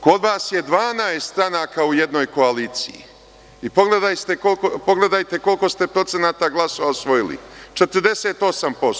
Kod vas je 12 stranaka u jednoj koaliciji i pogledajte koliko ste procenata glasova osvojili – 48%